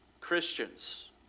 Christians